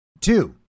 Two